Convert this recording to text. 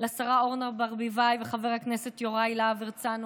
לשרה אורנה ברביבאי ולחבר הכנסת יוראי להב הרצנו,